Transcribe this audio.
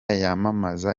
yamamaza